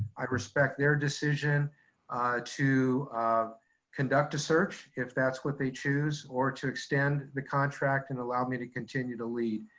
i respect their decision to conduct a search if that's what they choose or to extend the contract and allow me to continue to lead.